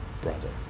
brother